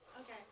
Okay